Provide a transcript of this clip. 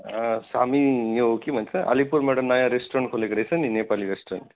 सामी यो के भन्छ अलिपुरमा एउटा नयाँ रेस्टुरेन्ट खोलेको रहेछ नि नेपाली रेस्टुरेन्ट